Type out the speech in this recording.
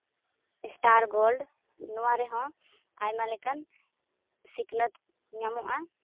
star gold ᱱᱚᱣᱟ ᱨᱮᱦᱚᱸ ᱟᱭᱢᱟ ᱞᱮᱠᱟᱱ ᱥᱤᱠᱷᱱᱟᱹᱛ ᱧᱟᱢᱚᱜᱼᱟ